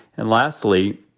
and lastly,